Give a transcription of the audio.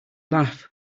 laugh